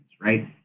right